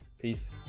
Peace